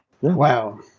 Wow